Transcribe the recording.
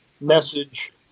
message –